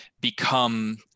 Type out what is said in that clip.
become